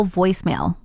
voicemail